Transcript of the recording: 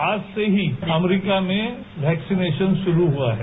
आज से ही अमरीका में वैक्सीनेशन शुरू हुआ है